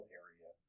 area